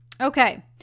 Okay